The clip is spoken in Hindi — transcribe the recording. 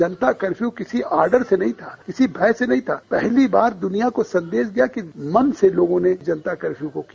जनता कर्फ्यू किसी ऑर्डर से नहीं था किसी भय से नहीं था पहली बार दुनिया को संदेश गया कि मन से लोगों ने जनता कर्फ्यू का पालन किया